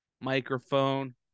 microphone